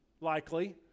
likely